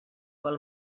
vol